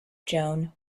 joan